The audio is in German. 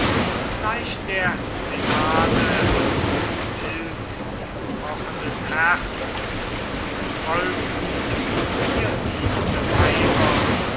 gleich der mänade wild ihr pochendes herz und es folgten ihr dienende weiber